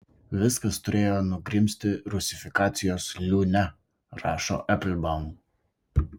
viskas turėjo nugrimzti rusifikacijos liūne rašo eplbaum